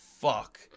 fuck